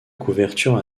couverture